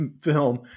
film